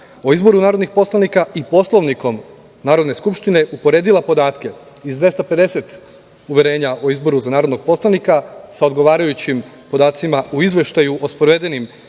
o izboru narodnih poslanika i Poslovnikom Narodne skupštine uporedila podatke iz 250 uverenja o izboru za narodnog poslanika sa odgovarajućim podacima u Izveštaju o sprovedenim